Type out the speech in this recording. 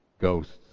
ghosts